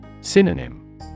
Synonym